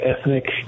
ethnic